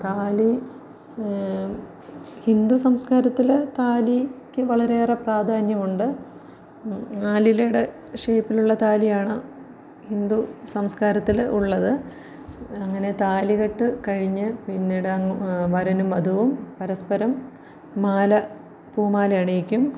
താലി ഹിന്ദുസംസ്കാരത്തിൽ താലിക്ക് വളരെയേറെ പ്രാധാന്യമുണ്ട് ആലിലയുടെ ഷേപ്പിലുള്ള താലിയാണ് ഹിന്ദു സംസ്കാരത്തിൽ ഉള്ളത് അങ്ങനെ താലികെട്ട് കഴിഞ്ഞ് പിന്നിട് അങ്ങ് വരനും വധുവും പരസ്പരം മാല പൂമാല അണിയിക്കും